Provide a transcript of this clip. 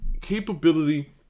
Capability